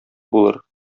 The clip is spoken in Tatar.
булыр